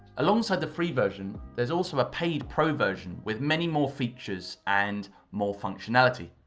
alongside the free version, there is also a paid pro version with many more features and more functionality.